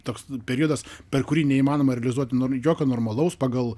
toks periodas per kurį neįmanoma realizuot nor jokio normalaus pagal